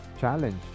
challenge